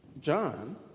John